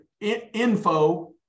info